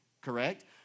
correct